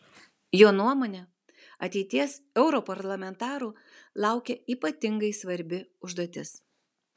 jo nuomone ateities europarlamentarų laukia ypatingai svarbi užduotis